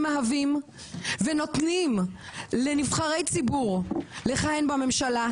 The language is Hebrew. מהווים ונותנים לנבחרי ציבור לכהן בממשלה,